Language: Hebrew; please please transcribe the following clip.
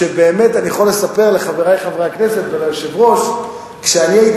באמת אני יכול לספר לחברי חברי הכנסת וליושב-ראש: כשאני הייתי